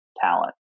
talent